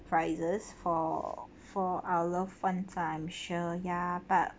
surprises for for our loved ones lah I'm sure ya but